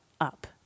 up